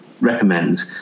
recommend